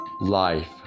life